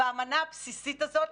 והאמנה הבסיסית הזאת,